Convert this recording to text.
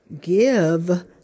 give